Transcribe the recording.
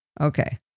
Okay